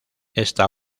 esta